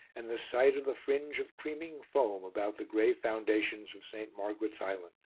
and the sight of the fringe of creaming foam about the grey foundations of st. margaret's island.